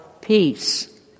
peace